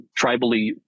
tribally